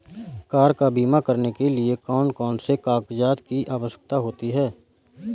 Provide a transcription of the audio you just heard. Car का बीमा करने के लिए कौन कौन से कागजात की आवश्यकता होती है?